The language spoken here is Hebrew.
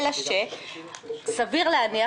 אלא שסביר להניח,